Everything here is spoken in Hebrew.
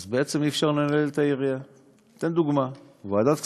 אם ועדה לא